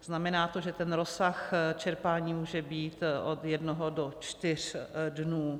Znamená to, že rozsah čerpání může být od jednoho do čtyř dnů.